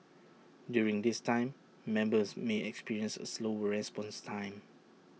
during this time members may experience A slower response time